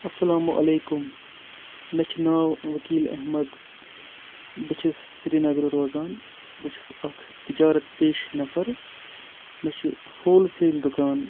اَسلامُ علیکُم مےٚ چھُ ناو ؤکیٖل احمد بہٕ چھُس سرینَگرٕ روزان بہٕ چھُس اَکھ تِجارت پیش نَفر مےٚ چھِ ہولسیل دُکان